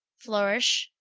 flourish.